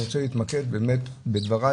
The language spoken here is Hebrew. אני רוצה להתמקד באמת בדבריי,